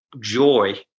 joy